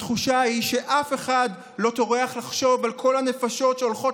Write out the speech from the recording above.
התחושה היא שאף אחד לא טורח לחשוב על כל הנפשות שהולכות